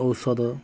ଔଷଧ